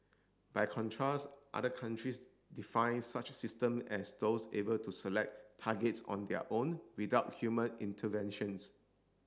by contrast other countries define such system as those able to select targets on their own without human interventions